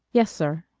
yes, sir.